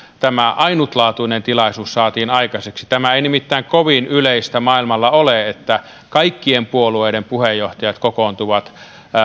tämä ainutlaatuinen tilaisuus saatiin aikaiseksi tämä ei nimittäin kovin yleistä maailmalla ole että kaikkien puolueiden puheenjohtajat kokoontuvat